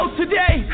today